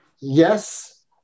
yes